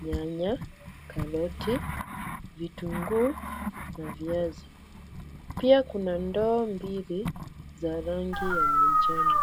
nyanya, karoti, vitunguu na viazi. Pia kuna ndoo mbili za rangi ya manjano.